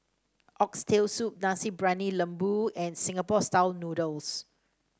Oxtail Soup Nasi Briyani Lembu and Singapore style noodles